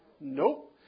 Nope